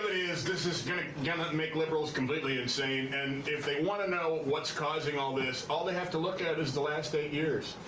is, this is gonna gonna make liberals completely insane and if they want to know what's causing all this, all they have to look at is the last eight years.